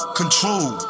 control